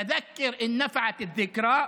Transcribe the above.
(אומר בערבית: תזכרו שהזיכרון עובד,